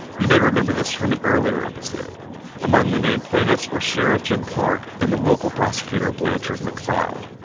you may remember this from an earlier episode among the named plaintiffs were sheriff jim clark and the local prosecutor blanchard mcleod,